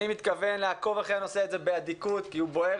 אני מתכוון לעקוב אחרי הנושא הזה באדיקות כי הוא בוער